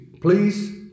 please